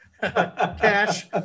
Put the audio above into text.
cash